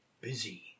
busy